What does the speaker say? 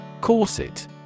Corset